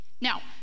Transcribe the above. Now